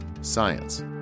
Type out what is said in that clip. science